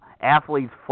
Athlete's